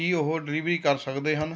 ਕੀ ਉਹ ਡਿਲੀਵਰੀ ਕਰ ਸਕਦੇ ਹਨ